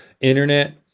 internet